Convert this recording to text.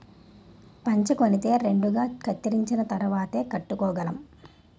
పంచకొనితే రెండుగా కత్తిరించిన తరువాతేయ్ కట్టుకోగలం